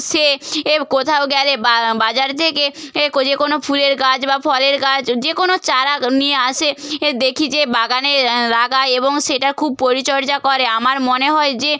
সে এ কোথাও গেলে বা বাজার থেকে এ কো যে কোনো ফুলের গাছ বা ফলের গাছ যে কোনো চারা নিয়ে আসে এ দেখি যে বাগানে লাগায় এবং সেটা খুব পরিচর্যা করে আমার মনে হয় যে